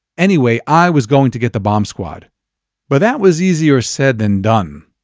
anyway, i was going to get the bomb squad but that was easier said than done.